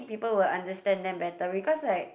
people will understand them better because like